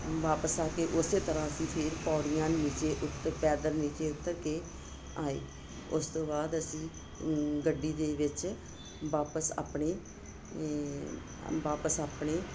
ਵਾਪਸ ਆ ਕੇ ਉਸੇ ਤਰ੍ਹਾਂ ਅਸੀਂ ਫੇਰ ਪੌੜੀਆਂ ਨੀਚੇ ਇੱਕ ਪੈਦਲ ਨੀਚੇ ਉੱਤਰ ਕੇ ਆਏ ਤੋਂ ਬਾਅਦ ਅਸੀਂ ਗੱਡੀ ਦੇ ਵਿੱਚ ਵਾਪਸ ਆਪਣੇ ਵਾਪਸ ਆਪਣੇ